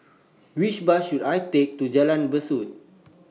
Which Bus should I Take to Jalan Besut